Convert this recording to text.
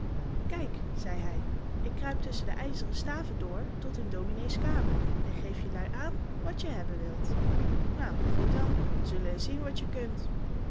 kijk zei hij ik kruip tusschen de ijzeren staven door tot in dominé's kamer en geef jelui aan wat je hebben wilt nu goed dan wij zullen eens zien wat je kunt